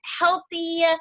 healthy